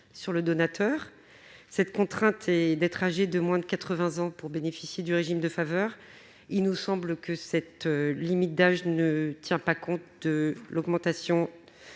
sur le donateur. Il faut ainsi avoir moins de 80 ans pour bénéficier de ce régime de faveur. Il nous semble que cette limite d'âge ne tient pas compte de l'augmentation